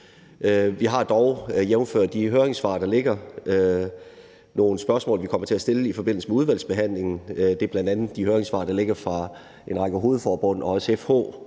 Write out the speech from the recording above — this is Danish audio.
Vi har dog, jævnfør de høringssvar, der ligger, nogle spørgsmål, vi kommer til at stille i forbindelse med udvalgsbehandlingen. Det gælder bl.a. de høringssvar, der ligger fra en række hovedforbund og også fra